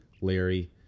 Larry